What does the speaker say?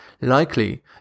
Likely